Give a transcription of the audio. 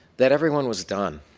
that everyone was done.